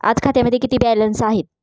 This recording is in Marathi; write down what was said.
आज खात्यामध्ये किती बॅलन्स आहे?